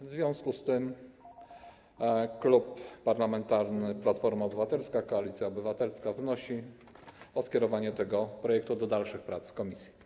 W związku z tym Klub Parlamentarny Platforma Obywatelska - Koalicja Obywatelska wnosi o skierowanie tego projektu do dalszych prac w komisji.